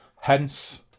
Hence